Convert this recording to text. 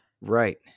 right